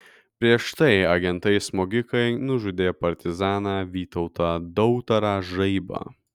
prieš tai agentai smogikai nužudė partizaną vytautą dautarą žaibą